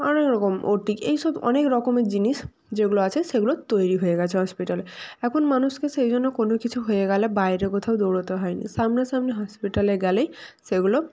অনেক রকম ওটি এই সব অনেক রকমের জিনিস যেগুলো আছে সেগুলো তৈরি হয়ে গেছে হসপিটালে এখন মানুষকে সেই জন্য কোনো কিছু হয়ে গেলে বাইরে কোথাও দৌড়োতে হয় না সামনাসামনি হসপিটালে গেলেই সেগুলো